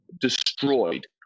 destroyed